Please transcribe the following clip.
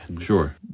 Sure